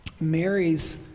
Mary's